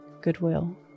goodwill